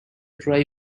drive